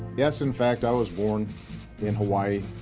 yes, in fact, i was born in hawaii,